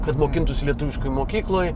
kad mokintųsi lietuviškoj mokykloj